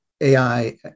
AI